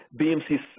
BMC